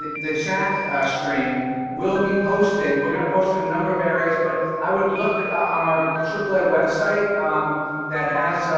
the chat stream will be posted. we're going to post it in a number of areas, but i would look on our the aaa website that has,